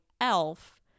Elf